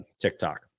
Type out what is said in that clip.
TikTok